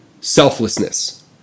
selflessness